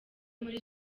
muri